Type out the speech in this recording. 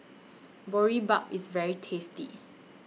Boribap IS very tasty